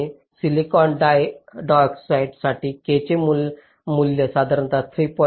आणि silicon dioxide साठी k चे मूल्य साधारणत 3